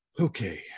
Okay